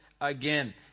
again